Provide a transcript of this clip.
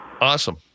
Awesome